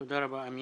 תודה רבה.